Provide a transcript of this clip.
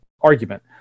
argument